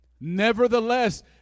Nevertheless